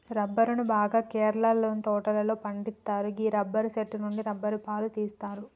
రబ్బరును బాగా కేరళలోని తోటలలో పండిత్తరు గీ రబ్బరు చెట్టు నుండి రబ్బరు పాలు తీస్తరు